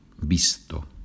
visto